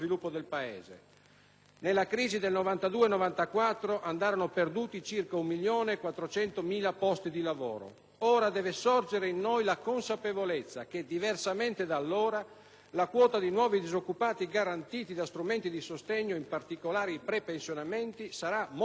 Nella crisi del 1992-1994 andarono perduti circa 1.400.000 posti di lavori. Ora deve sorgere in noi la consapevolezza che, diversamente da allora, la quota di nuovi disoccupati garantiti da strumenti di sostegno, in particolare i prepensionamenti, sarà molto più bassa,